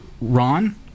ron